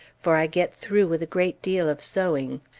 for i get through with a great deal of sewing.